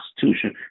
Constitution